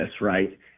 right